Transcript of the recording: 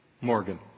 Morgan